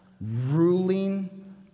ruling